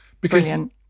Brilliant